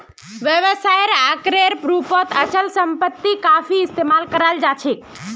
व्यवसायेर आकारेर रूपत अचल सम्पत्ति काफी इस्तमाल कराल जा छेक